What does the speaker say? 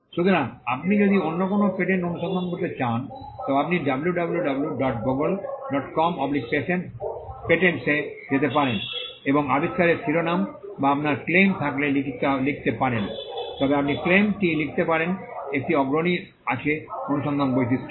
সুতরাং আপনি যদি অন্য কোনও পেটেন্ট অনুসন্ধান করতে চান তবে আপনি wwwgooglecompatents এ যেতে পারেন এবং আবিষ্কারের শিরোনাম বা আপনার ক্লেম থাকলে লিখতে পারেন তবে আপনি ক্লেম টি লিখতে পারেন একটি অগ্রণী আছে অনুসন্ধান বৈশিষ্ট্য